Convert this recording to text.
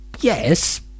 yes